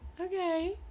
Okay